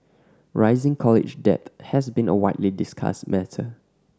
rising college debt has been a widely discussed matter